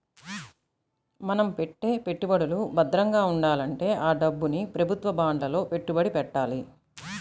మన పెట్టే పెట్టుబడులు భద్రంగా ఉండాలంటే ఆ డబ్బుని ప్రభుత్వ బాండ్లలో పెట్టుబడి పెట్టాలి